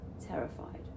terrified